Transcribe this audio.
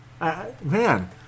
Man